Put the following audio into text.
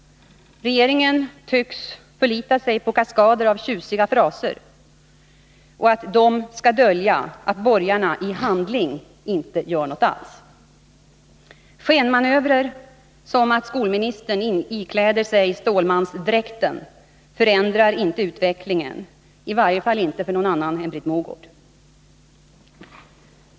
Regeringen tycks förlita sig på att kaskader av tjusiga fraser skall dölja att borgarna i handling inte gör någonting alls. Skenmanövrer som att skolministern ikläder sig stålmansdräkten förändrar inte utvecklingen, i varje fall inte för någon annan än för Britt Mogård.